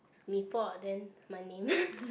Mee-Pok then my name